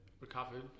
recovered